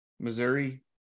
Missouri